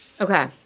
okay